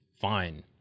fine